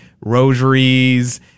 rosaries